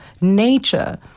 nature